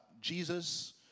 Jesus